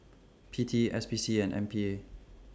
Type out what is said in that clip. P T S P C and M P A